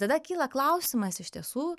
tada kyla klausimas iš tiesų